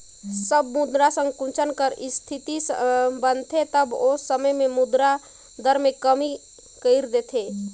जब मुद्रा संकुचन कर इस्थिति बनथे तब ओ समे में मुद्रा दर में कमी कइर देथे